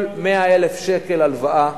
כל 100,000 שקל הלוואה